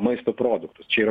maisto produktus čia yra